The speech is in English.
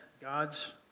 God's